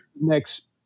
next